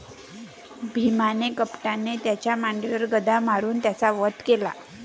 भीमाने कपटाने त्याच्या मांडीवर गदा मारून त्याचा वध केला